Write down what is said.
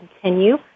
continue